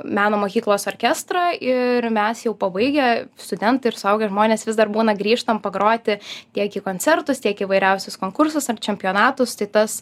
meno mokyklos orkestrą ir mes jau pabaigę studentai ir suaugę žmonės vis dar būna grįžtam pagroti tiek į koncertus tiek įvairiausius konkursus ar čempionatus tai tas